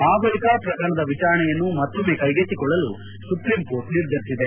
ಆ ಬಳಿಕ ಪ್ರಕರಣದ ವಿಚಾರಣೆಯನ್ನು ಮತ್ತೊಮ್ನೆ ಕೈಗೆತ್ತಿಕೊಳ್ಳಲು ಸುಪ್ರೀಂಕೋರ್ಟ್ ನಿರ್ಧರಿಸಿದೆ